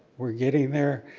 we're getting there,